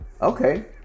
Okay